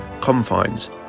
confines